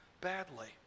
badly